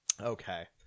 okay